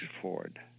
Ford